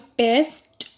best